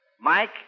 Mike